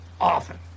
often